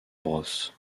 brosse